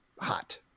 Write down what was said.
hot